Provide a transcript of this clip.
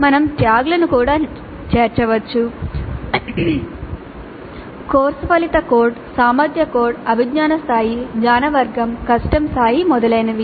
మేము ట్యాగ్లను కూడా చేర్చవచ్చు కోర్సు ఫలిత కోడ్ సామర్థ్య కోడ్ అభిజ్ఞా స్థాయి జ్ఞాన వర్గం కష్టం స్థాయి మొదలైనవి